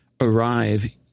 arrive